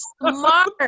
Smart